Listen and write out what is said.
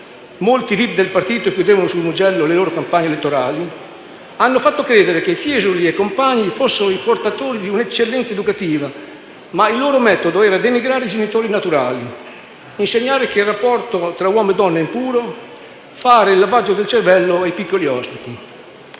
(molti vip del partito chiudevano sul Mugello le loro campagne elettorali) hanno fatto credere che Fiesoli e compagni fossero i portatori di un'eccellenza educativa; ma il loro metodo era denigrare i genitori naturali, insegnare che il rapporto tra uomo e donna è impuro, fare il lavaggio del cervello ai piccoli ospiti.